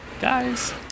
guys